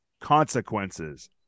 consequences